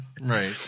right